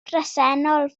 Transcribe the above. bresennol